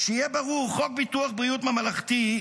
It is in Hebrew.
שיהיה ברור, על פי חוק ביטוח בריאות ממלכתי,